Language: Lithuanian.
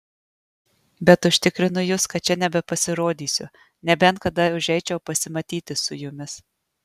bet užtikrinu jus kad čia nebepasirodysiu nebent kada užeičiau pasimatyti su jumis